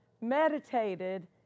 meditated